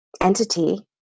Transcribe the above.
entity